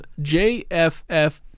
JFF